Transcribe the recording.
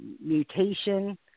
mutation